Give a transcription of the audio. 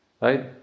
right